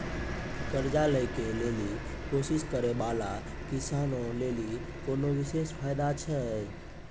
कि कर्जा लै के लेली कोशिश करै बाला किसानो लेली कोनो विशेष फायदा छै?